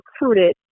recruited